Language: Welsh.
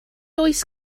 oes